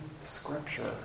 scripture